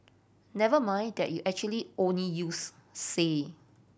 never mind that you actually only use say